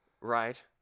Right